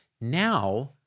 Now